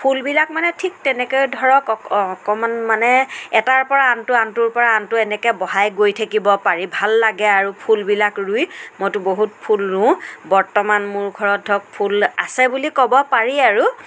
ফুলবিলাক মানে ঠিক তেনেকৈ ধৰক অক অকণমান মানে এটাৰ পৰা আনটো আনটোৰ পৰা আনটো এনেকৈ বঢ়াই গৈ থাকিব পাৰি ভাল লাগে আৰু ফুলবিলাক ৰুই মইটো বহুত ফুল ৰুওঁ বৰ্তমান মোৰ ঘৰত ধৰক ফুল আছে বুলি ক'ব পাৰি আৰু